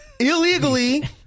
illegally